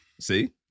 See